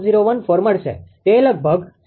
001014 મળશે તે લગભગ 0